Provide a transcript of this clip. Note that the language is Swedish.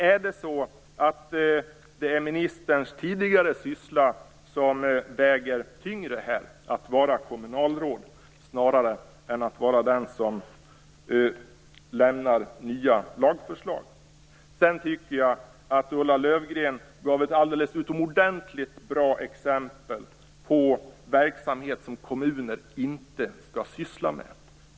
Eller väger ministerns tidigare syssla tyngre i det här fallet - att vara kommunalråd snarare än den som lämnar nya lagförslag? Jag tycker att Ulla Löfgren gav ett alldeles utomordentligt bra exempel på verksamheter som kommuner inte skall syssla med.